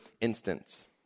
instance